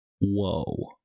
Whoa